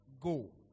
Go